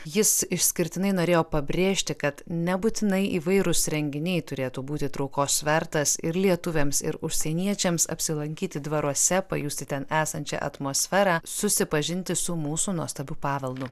jis išskirtinai norėjo pabrėžti kad nebūtinai įvairūs renginiai turėtų būti traukos svertas ir lietuviams ir užsieniečiams apsilankyti dvaruose pajusti ten esančią atmosferą susipažinti su mūsų nuostabiu paveldu